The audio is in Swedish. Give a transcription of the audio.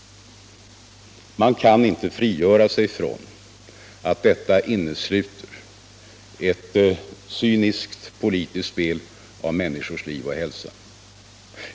Det är svårt att frigöra sig från misstanken att detta innesluter ett cyniskt politiskt spel om människors liv och hälsa.